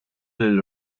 lil